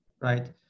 right